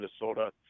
Minnesota